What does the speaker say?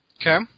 Okay